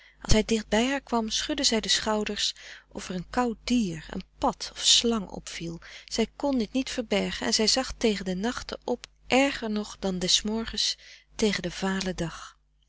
als hij dichtbij haar kwam schudde zij de schouders of er een koud dier een pad of slang op viel zij kon dit niet verbergen en zij zag tegen de nachten op erger nog dan des morgens tegen den valen dag